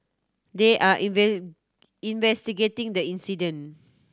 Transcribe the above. they are investigating the incident